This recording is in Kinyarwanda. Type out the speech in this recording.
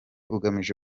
ugamije